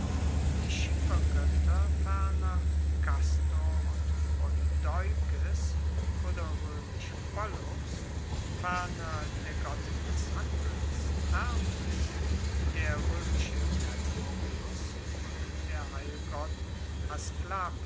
die schiffergoetter ferner kastor und polydeukes oder roemisch pollux ferner der gott des handels hermes der roemische mercurius und der heilgott